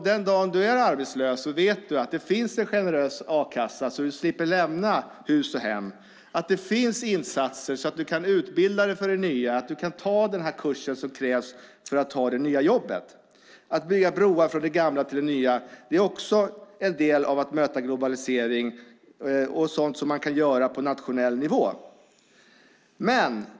Den dagen du är arbetslös ska du veta att det finns en generös a-kassa så att du slipper lämna hus och hem. Det ska finnas insatser så att du kan utbilda dig för det nya och ta den här kursen som krävs för att ta det nya jobbet. Att bygga broar från det gamla till det nya är också en del av att möta globaliseringen. Det är sådant som man kan göra på nationell nivå.